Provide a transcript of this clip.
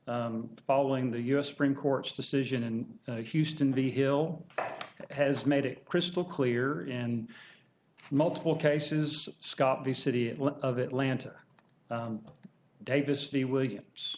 court following the u s supreme court's decision in houston v hill has made it crystal clear in multiple cases scott the city of atlanta davis the williams